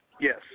yes